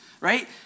right